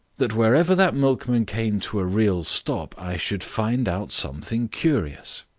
that wherever that milkman came to a real stop i should find out something curious.